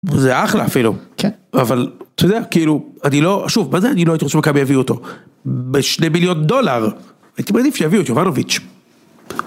זה אחלה אפילו, כן, אבל אתה יודע כאילו אני לא.. שוב, מה זה אני לא הייתי רוצה שמכבי יביאו אותו, בשני מיליון דולר. הייתי מעדיף שיביאו את יובנוביץ'.